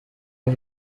uwo